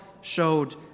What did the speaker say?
showed